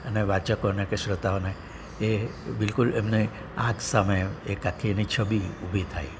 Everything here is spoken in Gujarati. અને વાચકોને કે શ્રોતાઓને એ બિલ્કુલ એમને આંખ સામે એક આખી એની છબી ઊભી થાય